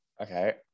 Okay